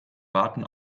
warten